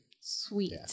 Sweet